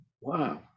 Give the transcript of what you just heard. wow